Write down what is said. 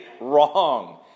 wrong